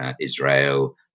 israel